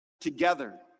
together